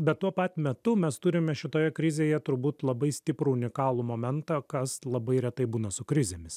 bet tuo pat metu mes turime šitoje krizėje turbūt labai stiprų unikalų momentą kas labai retai būna su krizėmis